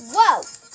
Whoa